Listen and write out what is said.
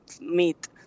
meet